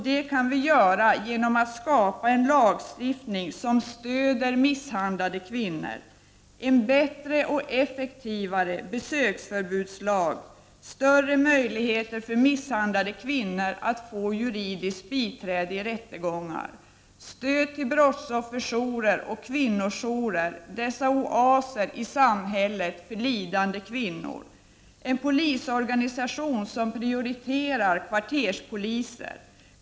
Det kan vi göra genom att skapa en lagstiftning som stödjer misshandlade kvinnor, en bättre och effektivare besöksförbudslag, större möjligheter för misshandlade kvinnor att få juridiskt biträde i rättegångar, stöd till brottsofferjourer och kvinnojourer — dessa oaser i samhället för lidande kvinnor, en polisorganisation som prioriterar kvarterspoliser.